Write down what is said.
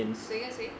谁和谁